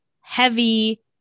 heavy